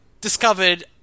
discovered